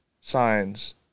signs